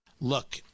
look